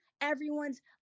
everyone's